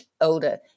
older